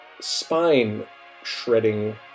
spine-shredding